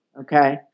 Okay